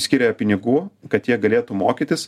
skiria pinigų kad jie galėtų mokytis